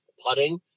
putting